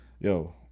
Yo